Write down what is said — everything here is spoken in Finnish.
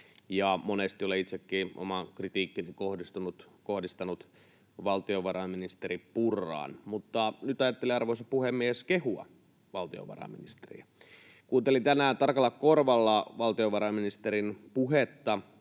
Monesti olen itsekin oman kritiikkini kohdistanut valtiovarainministeri Purraan. Mutta nyt ajattelin, arvoisa puhemies, kehua valtiovarainministeriä. Kuuntelin tänään tarkalla korvalla valtiovarainministerin puhetta